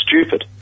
stupid